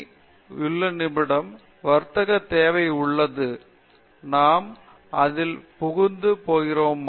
பேராசிரியர் உஷா மோகன் யோசனையுள்ள நிமிடம் வர்த்தக தேவை உள்ளது நாம் அதில் புகுத்தப் போகிறோமா